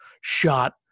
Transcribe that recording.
shot